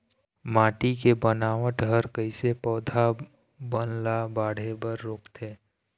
माटी के बनावट हर कइसे पौधा बन ला बाढ़े बर रोकथे?